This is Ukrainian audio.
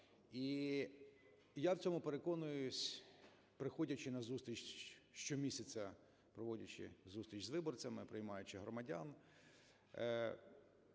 і я в цьому переконуюся, приходячи на зустріч щомісяця, проводячи зустріч з виборцями, приймаючи громадян.